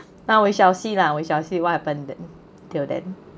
now we shall see lah we shall see what happened till then